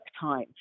time